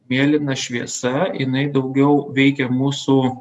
mėlyna šviesa jinai daugiau veikia mūsų